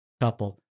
couple